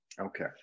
Okay